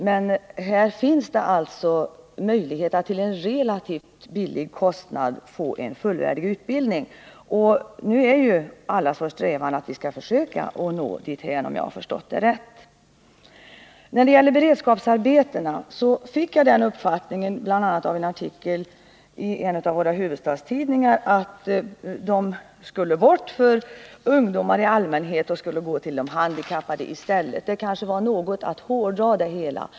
Men här finns alltså möjligheter att till en Nr 30 relativt låg kostnad få en fullvärdig utbildning, och nu är ju allas vår strävan — Fredagen den att vi skall försöka nå dithän, om jag har förstått det rätt. 16 november 1979 När det gäller beredskapsarbetena fick jag, bl.a. av en artikel i en av huvudstadstidningarna, den uppfattningen att de skulle tas bort för ungdo Om bättre balans mar i allmänhet och att de skulle gå till handikappade i stället. — Detta kanske = mellan tillgång var att något hårdra det hela.